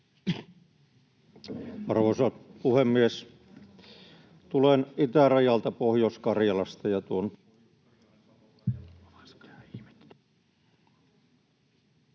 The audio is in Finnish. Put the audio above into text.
Arvoisa puhemies! Tulen itärajalta Pohjois-Karjalasta,